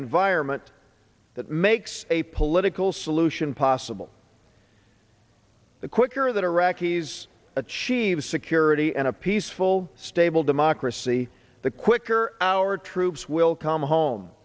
environment that makes a political solution possible the quicker that iraqis achieve security and a peaceful stable democracy the quicker our troops will come home